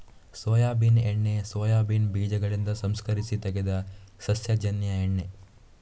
soybean ಎಣ್ಣೆ soybean ಬೀಜಗಳಿಂದ ಸಂಸ್ಕರಿಸಿ ತೆಗೆದ ಸಸ್ಯಜನ್ಯ ಎಣ್ಣೆ